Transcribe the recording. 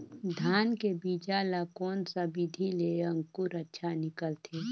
धान के बीजा ला कोन सा विधि ले अंकुर अच्छा निकलथे?